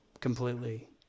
completely